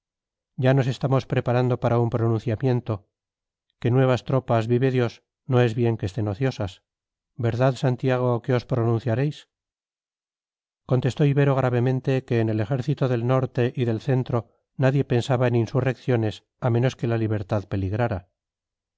ya nos estamos preparando para un pronunciamiento que nuevas tropas vive dios no es bien que estén ociosas verdad santiago que os pronunciaréis contestó ibero gravemente que en el ejército del norte y del centro nadie pensaba en insurrecciones a menos que la libertad peligrara